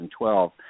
2012